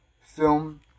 film